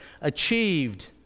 achieved